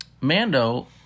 Mando